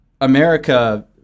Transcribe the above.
America